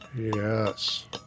Yes